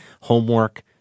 homework